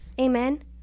Amen